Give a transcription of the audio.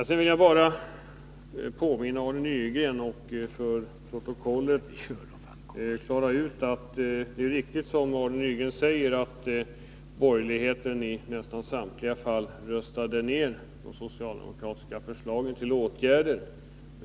Sedan vill jag bara påminna Arne Nygren om, och i protokollet markera, att det är riktigt som Arne Nygren säger att borgerligheten i nästan samtliga fall röstade ned de socialdemokratiska förslagen till åtgärder.